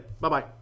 Bye-bye